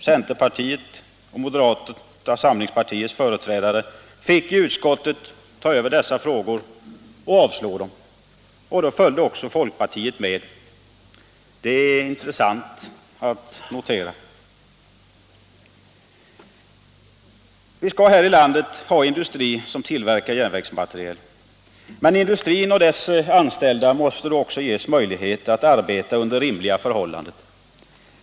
Centerpartiets och moderata samlingspartiets företrädare fick i utskottet ta över dessa frågor och avstyrkte. Då följde också folkpartiet med. Det är intressant att notera. Vi skall här i landet ha en industri som tillverkar järnvägsmateriel. Men industrin och dess anställda måste då ges möjlighet att arbeta under rimliga förhållanden.